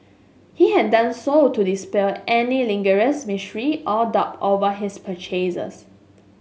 he had done so to dispel any lingering mystery or doubt over his purchases